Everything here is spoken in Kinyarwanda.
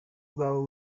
ubwawe